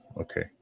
okay